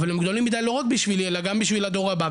אבל הם גדולים מידי לא רק בשבילי אלא גם בשביל הדור הבא,